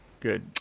Good